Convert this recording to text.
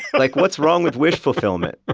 like what's wrong with wish-fulfillment?